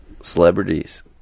celebrities